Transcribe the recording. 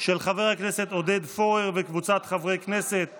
לוועדת החוץ והביטחון נתקבלה.